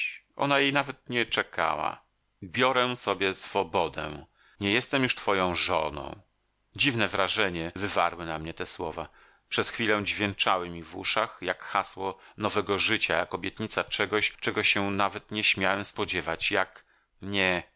ona jej nawet nie czekała biorę sobie swobodę nie jestem już twoją żoną dziwne wrażenie wywarły na mnie te słowa przez chwilę dźwięczały mi w uszach jak hasło nowego życia jak obietnica czegoś czego się nawet nie śmiałem spodziewać jak nie